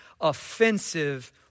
offensive